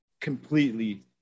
completely –